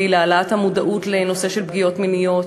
להעלאת המודעות לנושא של פגיעות מיניות,